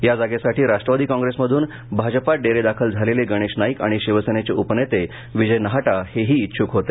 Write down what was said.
या जागेसाठी राष्ट्रवादी काँप्रेसमधून भाजप डेरेदाखल झालेले गणेश नाईक आणि शिवसेनेचे उपनेते विजय नाहटा हेही इच्छूक होते